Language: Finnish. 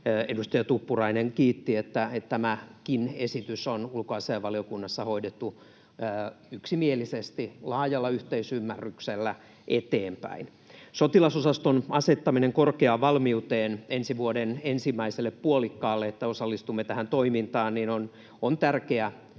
edustaja Tuppurainen kiitti, tämäkin esitys on ulkoasiainvaliokunnassa hoidettu yksimielisesti, laajalla yhteisymmärryksellä eteenpäin. Sotilasosaston asettaminen korkeaan valmiuteen ensi vuoden ensimmäiselle puolikkaalle, niin että osallistumme tähän toimintaan, on tärkeä